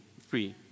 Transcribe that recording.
free